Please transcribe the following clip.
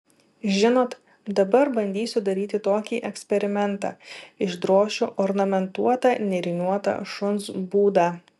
žinot dabar bandysiu daryti tokį eksperimentą išdrošiu ornamentuotą nėriniuotą šuns būdą